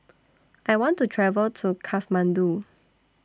I want to travel to Kathmandu